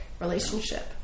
relationship